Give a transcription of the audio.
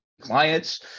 clients